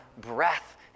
breath